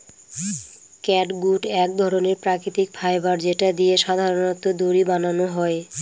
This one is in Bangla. ক্যাটগুট এক ধরনের প্রাকৃতিক ফাইবার যেটা দিয়ে সাধারনত দড়ি বানানো হয়